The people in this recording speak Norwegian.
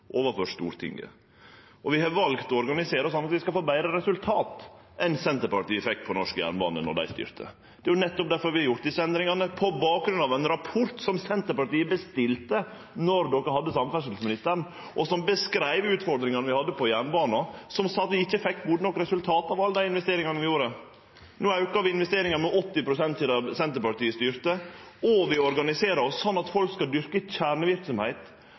overfor Stortinget. Vi har valt å organisere oss slik at vi skal få betre resultat enn Senterpartiet fekk på norsk jernbane då dei styrte. Det er nettopp difor vi har gjort desse endringane, på bakgrunn av ein rapport som Senterpartiet bestilte då dei hadde samferdselsministeren, og som beskreiv utfordringane vi hadde på jernbana, at vi ikkje fekk gode nok resultat av alle dei investeringane vi gjorde. Investeringane er no auka med 80 pst. sidan Senterpartiet styrte, og vi organiserer oss slik at folk skal dyrke